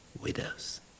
widows